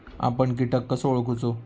आपन कीटक कसो ओळखूचो?